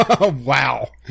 wow